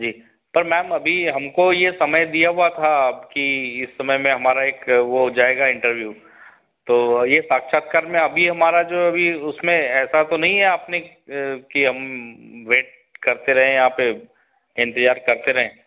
जी पर मैम अभी हमको ये समय दिया हुआ था कि इस समय में हमारा एक वो जाएगा इंटरव्यू तो ये साक्षात्कार में अभी हमारा जो अभी उसमें ऐसा तो नहीं है आपने कि हम वेट करते रहें यहाँ पर इंतजार करते रहें